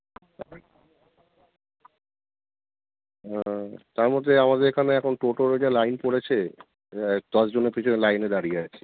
তার মধ্যে আমাদের এখানে এখন টোটোর যা লাইন পড়েছে দশ জনের পিছনে লাইনে দাঁড়িয়ে আছি